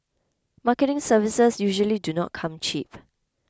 marketing services usually do not come cheap